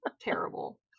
terrible